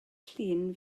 llun